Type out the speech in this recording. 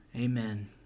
amen